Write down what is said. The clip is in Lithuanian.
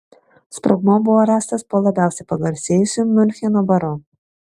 sprogmuo buvo rastas po labiausiai pagarsėjusiu miuncheno baru